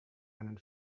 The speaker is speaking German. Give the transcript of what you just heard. einen